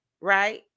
right